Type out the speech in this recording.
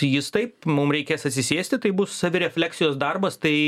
jis taip mum reikės atsisėsti tai bus savirefleksijos darbas tai